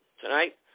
tonight